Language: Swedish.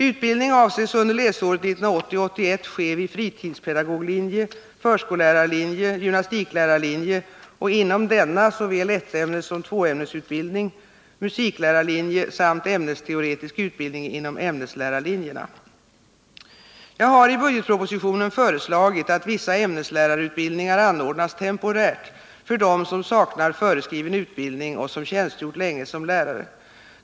Utbildning avses under läsåret 1980/81 ske vid fritidspedagoglinje, förskollärarlinje, gymnastiklärarlinje — och inom denna såväl ettämnessom tvåämnesutbildning —, musiklärarlinje samt ämnesteoretisk utbildning inom ämneslärarlinjerna. Jag har i budgetpropositionen föreslagit att vissa ämneslärarutbildningar anordnas temporärt för dem som saknar föreskriven utbildning och som tjänstgjort länge som lärare.